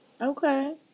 Okay